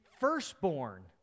firstborn